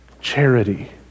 charity